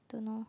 don't know